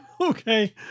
Okay